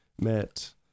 met